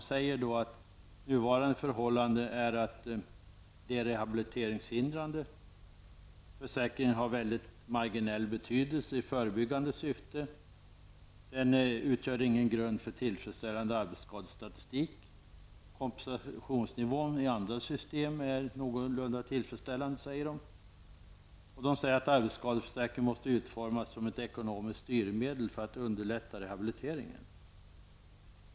Man säger att arbetsskadeförsäkringen, som det nu är, är rehabiliteringshindrande, att försäkringen har en väldigt marginell betydelse i förebyggande syfte och att den inte utgör någon grund för en tillfredsställande arbetsskadestatistik. Kompensationsnivån i andra system är någorlunda tillfredsställande, säger man också. Vidare säger man att arbetsskadeförsäkringen måste utformas som ett ekonomiskt styrmedel för att underlätta rehabiliteringen.